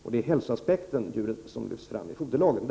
Djurens hälsoaspekt lyfts fram i foderlagen.